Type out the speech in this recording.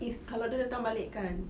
if kalau dia datang balik kan